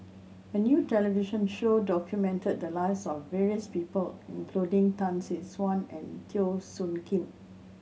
a new television show documented the lives of various people including Tan Tee Suan and Teo Soon Kim